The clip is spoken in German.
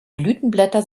blütenblätter